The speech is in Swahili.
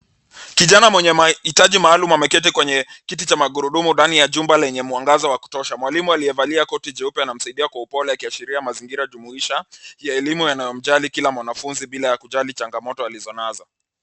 Kijana mwenye mahitaji maalum ameketi kwenye kiti cha magurudumu ndani ya chumba lenye mwangaza wa kutosha. Mwalimu aliyevalia koti jeupe anamsaidia kwa upole yakiashiria mazingira jumuisha ya elimu yanayomjali kila mwanafunzi bila ya kujali changamoto alizonazo.